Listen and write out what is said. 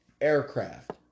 aircraft